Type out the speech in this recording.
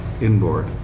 inboard